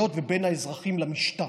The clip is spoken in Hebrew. לרשויות ובין האזרחים למשטרה.